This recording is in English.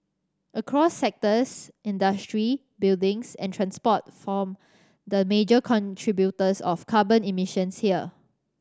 across sectors industry buildings and transport form the major contributors of carbon emissions here